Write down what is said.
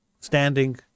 standing